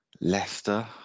Leicester